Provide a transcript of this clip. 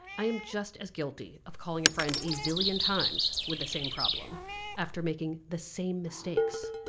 i am just as guilty of calling a friend a zillion times with the same problem after making the same mistakes.